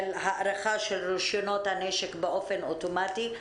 הארכה של רישיונות הנשק באופן אוטומטי.